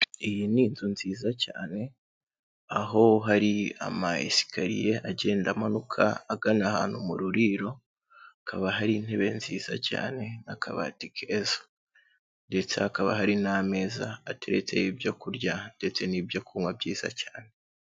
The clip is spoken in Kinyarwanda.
Iyi ni inzu nziza cyane aho hari ama esikariye agenda amanuka agana ahantu mu ruriro, hakaba hari intebe nziza cyane n'akabati keza ndetse hakaba hari n'ameza, ateretseho ibyo kurya ndetse n'ibyo kunywa byiza cyane.